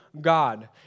God